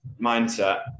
mindset